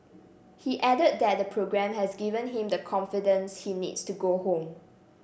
he added that the programme has given him the confidence he needs to go home